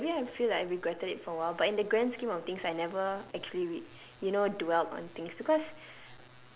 okay maybe I feel like I regretted it for a while but in the grand scheme of things I never actually read you know dwelled on things because